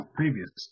previous